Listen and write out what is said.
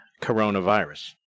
coronavirus